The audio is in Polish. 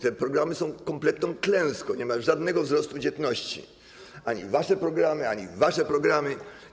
Te programy są kompletną klęską, nie ma żadnego wzrostu dzietności - ani wasze programu, ani wasze programy.